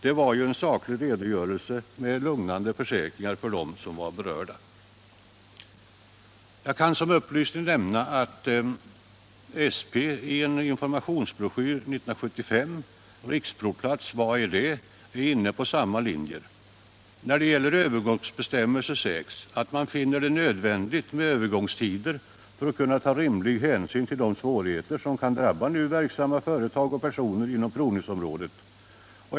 Det var en saklig redogörelse med lugnande försäkringar för de berörda. Som upplysning kan jag nämna att SP i en informationsbroschyr 1975, Riksprovplats — Vad är det?, följer samma linjer. Beträffande övergångsbestämmelser sägs att man finner det nödvändigt med övergångstider för att kunna ta rimlig hänsyn till de svårigheter som kan drabba nu verksamma företag och personer inom provningsområdet.